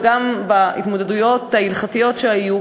וגם בהתמודדויות ההלכתיות שהיו,